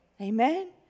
Amen